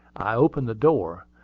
i opened the door.